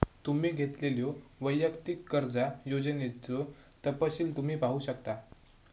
तुम्ही घेतलेल्यो वैयक्तिक कर्जा योजनेचो तपशील तुम्ही पाहू शकता